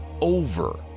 over